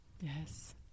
Yes